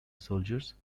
soldiers